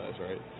right